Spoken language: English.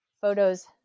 photos